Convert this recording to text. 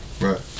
Right